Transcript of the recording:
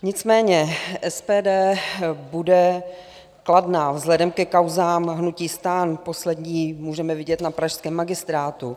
Nicméně SPD bude kladná vzhledem ke kauzám hnutí STAN, poslední můžeme vidět na pražském magistrátu.